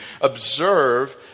Observe